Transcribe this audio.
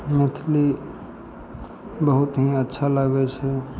मैथिली बहुत ही अच्छा लागै छै